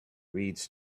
reads